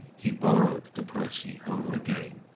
he borrowed the percy home again.